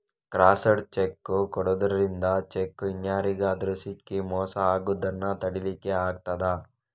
crossed cheque ಕೊಡುದರಿಂದ cheque ಇನ್ಯಾರಿಗಾದ್ರೂ ಸಿಕ್ಕಿ ಮೋಸ ಆಗುದನ್ನ ತಡೀಲಿಕ್ಕೆ ಆಗ್ತದೆ